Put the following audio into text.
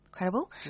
credible